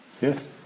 Yes